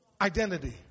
Identity